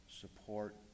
support